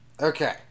Okay